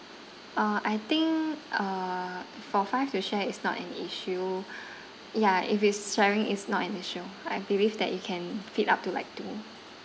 uh I think uh for five to share is not an issue ya if it's sharing is not an issue I believe that it can feed up to like two